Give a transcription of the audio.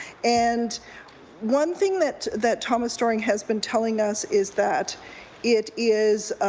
and one thing that that thomas dorring has been telling us is that it is